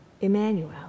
Emmanuel